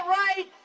right